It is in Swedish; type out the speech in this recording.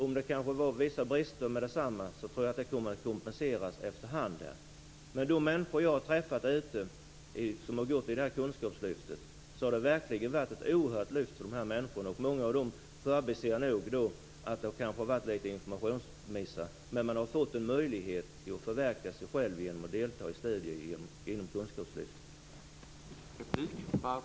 Om det kanske var vissa brister meddetsamma tror jag att det kommer att kompenseras efter hand. För de människor som jag har träffat ute som har gått i kunskapslyftet har detta verkligen varit ett oerhört lyft. Många av dem förbiser nog att det har varit informationsmissar. De har fått en möjlighet att förverkliga sig själva genom att delta i studier inom kunskapslyftet.